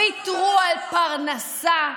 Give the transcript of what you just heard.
ויתרו על פרנסה,